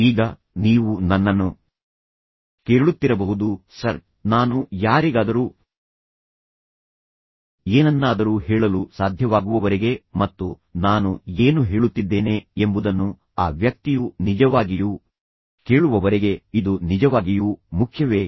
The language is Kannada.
ಈಗ ನೀವು ನನ್ನನ್ನು ಕೇಳುತ್ತಿರಬಹುದು ಸರ್ ನಾನು ಯಾರಿಗಾದರೂ ಏನನ್ನಾದರೂ ಹೇಳಲು ಸಾಧ್ಯವಾಗುವವರೆಗೆ ಮತ್ತು ನಾನು ಏನು ಹೇಳುತ್ತಿದ್ದೇನೆ ಎಂಬುದನ್ನು ಆ ವ್ಯಕ್ತಿಯು ನಿಜವಾಗಿಯೂ ಕೇಳುವವರೆಗೆ ಇದು ನಿಜವಾಗಿಯೂ ಮುಖ್ಯವೇ